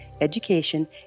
education